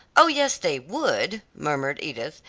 oh, yes, they would, murmured edith.